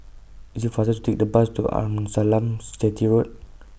IT IS faster to Take The Bus to Arnasalam Chetty Road